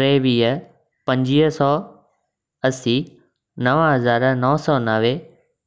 टेवीह पंजवीह सौ असी नव हज़ारु नो सौ नवे